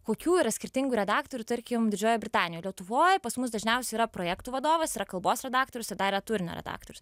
kokių yra skirtingų redaktorių tarkim didžiojoj britanijoj lietuvoj pas mus dažniausiai yra projektų vadovas yra kalbos redaktorius ir dar yra turinio redaktorius